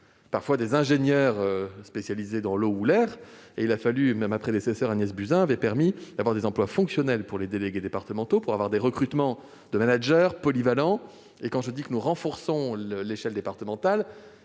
ou des ingénieurs spécialisés dans l'eau ou l'air. Ma prédécesseur Agnès Buzyn avait mis en place des emplois fonctionnels pour les délégués départementaux, afin de permettre le recrutement de managers polyvalents. Quand je dis que nous renforçons l'échelon départemental,